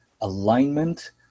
alignment